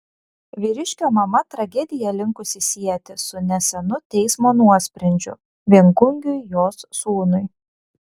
vyriškio mama tragediją linkusi sieti su nesenu teismo nuosprendžiu viengungiui jos sūnui